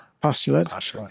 postulate